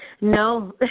No